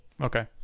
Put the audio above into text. okay